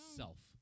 self